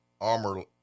Armor